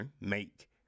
make